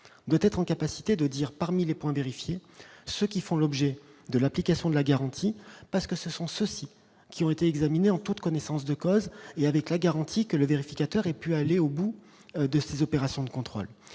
doit être en capacité de dire parmi les points vérifier ceux qui font l'objet de l'application de la garantie parce que ce sont ceux-ci qui ont été examinés en toute connaissance de cause et avec la garantie que le vérificateur et puis aller au bout de ses opérations de contrôle,